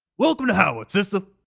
welcome to howard, sista!